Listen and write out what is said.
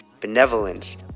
benevolence